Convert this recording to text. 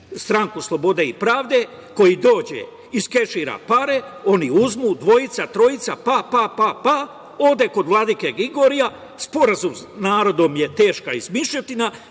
stranku Slobode i pravde, koji dođe iskešira pare, oni uzmu, dvojica, trojica, ode kod Vladike Gligorija, sporazum sa narodom je teška izmišljotina,